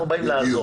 אנחנו באים לעזור.